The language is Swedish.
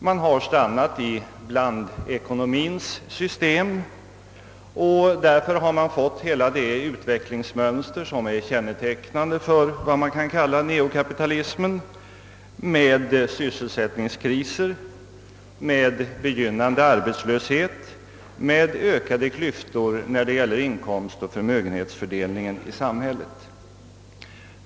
Man har stannat i blandekonomiens system, och därför har man fått hela det utvecklingsmönster som är kännetecknande för vad man kan kalla neokapitalism med sysselsättningskriser, med begynnande arbetslöshet och med ökade klyftor när det gäller inkomstoch förmögenhetsfördelningen i samhället.